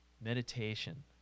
Meditation